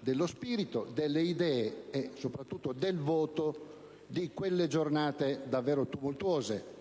dello spirito, delle idee e soprattutto del voto di quelle giornate davvero tumultuose.